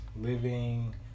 living